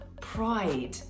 pride